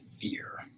fear